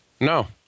No